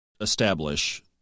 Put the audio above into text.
establish